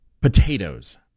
potatoes